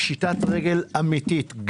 פשיטת רגל אמיתית.